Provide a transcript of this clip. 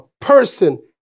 person